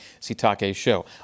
SitakeShow